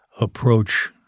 approach